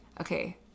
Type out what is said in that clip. okay